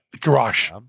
Garage